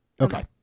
Okay